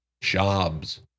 jobs